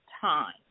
time